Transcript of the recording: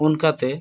ᱚᱱᱠᱟᱛᱮ